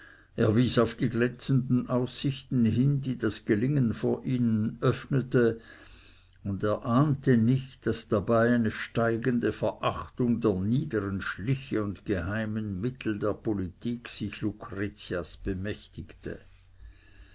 er wies auf die glänzenden aussichten hin die das gelingen vor ihnen öffnete und er ahnte nicht daß dabei eine steigende verachtung der niedern schliche und geheimen mittel der politik sich lucretias bemächtigte